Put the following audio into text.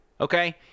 okay